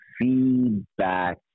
feedback